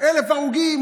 1,000 הרוגים,